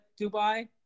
Dubai